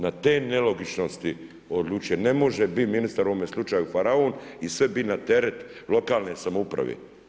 Na te nelogičnosti, odlučuje, ne može biti ministar u ovome slučaju faraon i sve bi na teret lokalne samouprave.